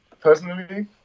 Personally